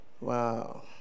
Wow